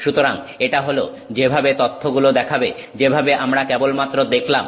সুতরাং এটা হল যেভাবে তথ্যগুলো দেখাবে যেটাকে আমরা কেবলমাত্র দেখলাম